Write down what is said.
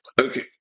Okay